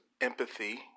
empathy